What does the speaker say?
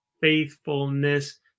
faithfulness